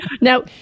Now